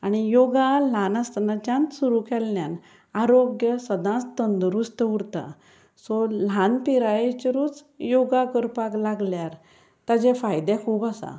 आनी योगा ल्हान आसतनाच्यान सुरू केल्ल्यान आरोग्य सदांच तंदुरुस्त उरता सो ल्हान पिरायेचेरूच योगा करपाक लागल्यार ताचे फायदे खूब आसा